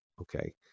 okay